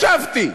ישבתי.